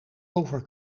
over